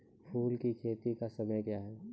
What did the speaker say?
फुल की खेती का समय क्या हैं?